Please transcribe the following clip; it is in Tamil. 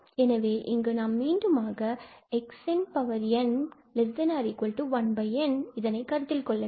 எனவே இங்கு நாம் மீண்டும் 𝑥𝑛𝑛≤1𝑛 இதனை கருத்தில் கொள்ள வேண்டும்